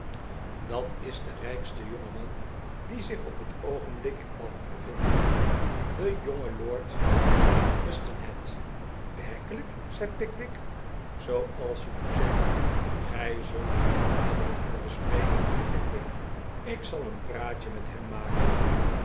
bath is niemand dik of zich op het oogenblik in bath bevindt de jonge lord mustanhed werkelijk zei pickwick zooals ik u zeg gij zult hem dadelijk hooren spreken mijnheer pickwick ik zal een praatje met hem maken